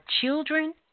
children